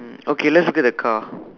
okay let's look at the car